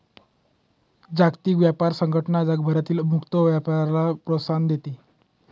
जागतिक व्यापार संघटना जगभरातील मुक्त व्यापाराला प्रोत्साहन देते